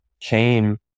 came